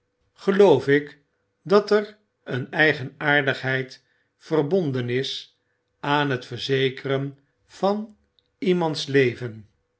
geloof ik dat er een eigenaardigheid verbonden is aan het verzekeren van iemands leven